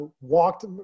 Walked